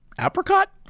apricot